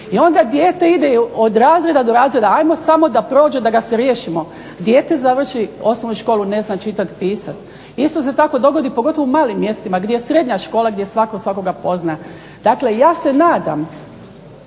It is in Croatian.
I onda dijete ide od razreda do razreda, hajmo samo da prođe, da ga se riješimo. Dijete završi osnovnu školu ne zna čitati, pisati. Isto se tako dogodi pogotovo u malim mjestima gdje je srednja škola, gdje svako svakoga pozna. Dakle, ja se nadam